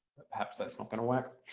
perhaps that's not going to work.